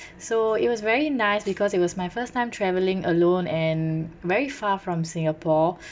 so it was very nice because it was my first time traveling alone and very far from singapore